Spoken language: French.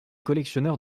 collectionneurs